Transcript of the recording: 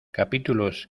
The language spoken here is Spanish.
capítulos